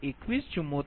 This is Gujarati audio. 782620